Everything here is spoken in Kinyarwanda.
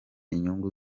inyungu